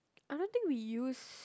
I don't think we use